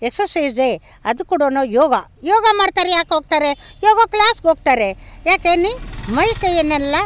ಎಕ್ಸಸೈಸೇ ಅದು ಕೂಡನು ಯೋಗ ಯೋಗ ಮಾಡ್ತಾರೆ ಯಾಕೋಗ್ತಾರೆ ಯೋಗ ಕ್ಲಾಸ್ಗೋಗ್ತಾರೆ ಯಾಕೆ ಅನ್ನಿ ಮೈಕೈಯನ್ನೆಲ್ಲ